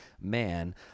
man